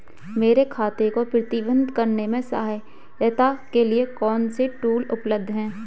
मेरे खाते को प्रबंधित करने में सहायता के लिए कौन से टूल उपलब्ध हैं?